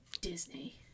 Disney